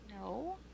No